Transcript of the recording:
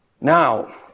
Now